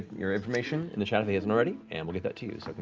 your information in the chat if he hasn't already, and we'll get that to you,